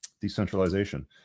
Decentralization